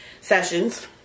sessions